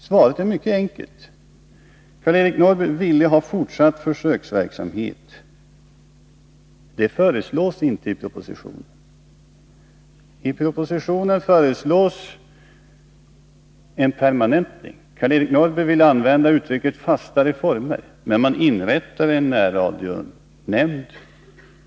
Svaret är mycket enkelt: Karl-Eric Norrby ville ha fortsatt försöksverksamhet, men det föreslås inte i propositionen. I propositionen föreslås en permanentning. Karl-Eric Norrby ville använda uttrycket ”fastare former”, men man inrättar en närradionämnd.